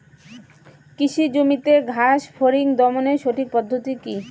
কৃষি জমিতে ঘাস ফরিঙ দমনের সঠিক পদ্ধতি কি?